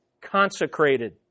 consecrated